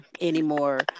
anymore